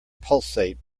pulsate